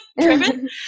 driven